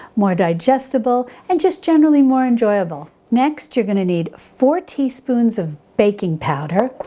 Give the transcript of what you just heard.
more digestible, and just generally more enjoyable. next, you're going to need four teaspoons of baking powder,